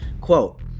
Quote